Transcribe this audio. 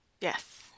Yes